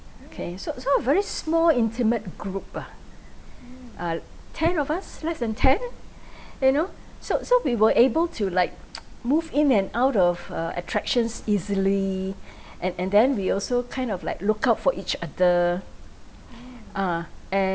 okay so so a very small intimate group ah ugh ten of us less than ten you know so so we were able to like move in and out of uh attractions easily and and then we also kind of like look out for each other ah and